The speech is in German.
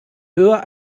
höher